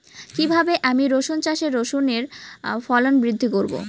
কীভাবে আমি রসুন চাষে রসুনের ফলন বৃদ্ধি করব?